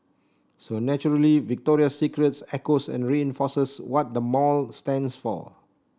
so naturally Victoria's Secret echoes and reinforces what the mall stands for